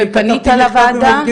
ופנית לוועדה?